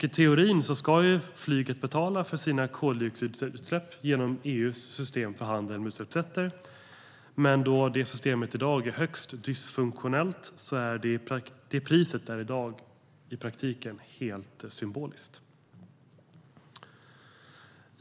I teorin ska flyget betala för sina koldioxidutsläpp genom EU:s system för handel med utsläppsrätter, men eftersom det systemet är högst dysfunktionellt är det priset i dag i praktiken helt symboliskt.